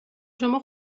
شما